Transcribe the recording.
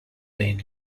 been